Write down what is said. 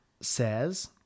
says